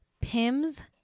Pim's